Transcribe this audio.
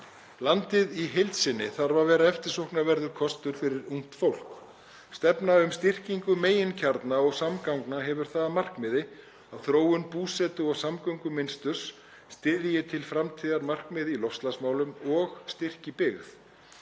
Landið í heild sinni þarf að vera eftirsóknarverður kostur fyrir ungt fólk. Stefna um styrkingu meginkjarna og samgangna hefur það að markmiði að þróun búsetu- og samgöngumynsturs styðji til framtíðar markmið í loftslagsmálum og styrki byggð.